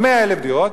100,000 דירות,